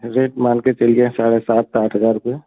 rate मानकर चलिए साढ़े सात आठ हज़ार रुपये